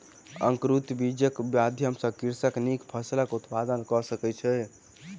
अंकुरित बीजक माध्यम सॅ कृषक नीक फसिलक उत्पादन कय सकै छै